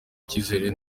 icyizere